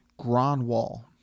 Gronwall